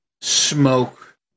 smoke